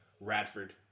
Radford